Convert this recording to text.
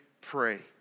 pray